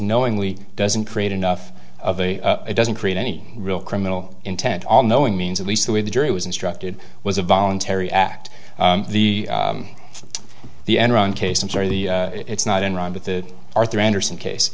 knowingly doesn't create enough of a it doesn't create any real criminal intent all knowing means at least the way the jury was instructed was a voluntary act the the enron case i'm sorry the it's not enron but the arthur andersen case